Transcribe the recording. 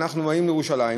אנחנו באים לירושלים,